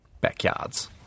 backyards